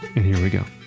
and here we go